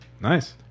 Nice